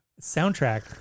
soundtrack